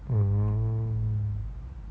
mm